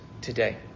today